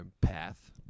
path